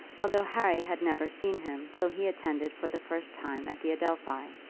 although harry had never seen him till he attended for the first time at the adelphi.